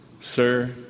Sir